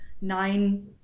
nine